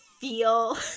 feel